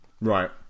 right